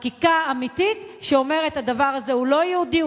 חקיקה אמיתית שאומרת: הדבר הזה הוא לא יהודי,